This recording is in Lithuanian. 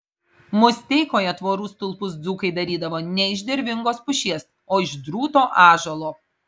musteikoje tvorų stulpus dzūkai darydavo ne iš dervingos pušies o iš drūto ąžuolo